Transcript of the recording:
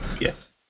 Yes